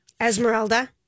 esmeralda